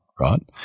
Right